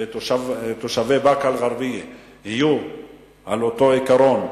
ותושבי באקה-אל-ע'רביה יהיו על אותו עיקרון,